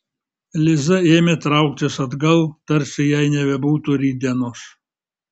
liza ėmė trauktis atgal tarsi jai nebebūtų rytdienos